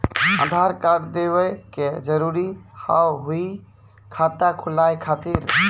आधार कार्ड देवे के जरूरी हाव हई खाता खुलाए खातिर?